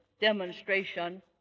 demonstration